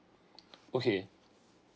okay